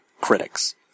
Critics